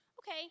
Okay